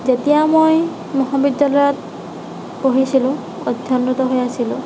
যেতিয়া মই মহাবিদ্যালয়ত পঢ়িছিলোঁ অধ্যয়নৰত হৈ আছিলোঁ